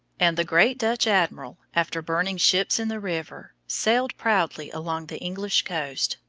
and the great dutch admiral, after burning ships in the river, sailed proudly along the english coast,